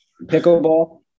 Pickleball